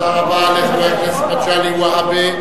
תודה רבה לחבר הכנסת מגלי והבה.